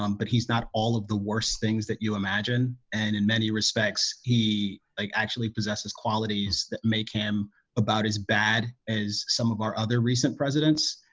um but he's not all of the worst things that you imagine and in many respects he like actually possesses qualities that make him about as bad as some of our other recent presidents.